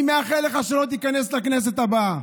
אני מאחל לך שלא תיכנס לכנסת הבאה.